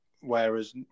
whereas